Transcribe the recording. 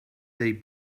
they